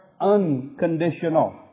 unconditional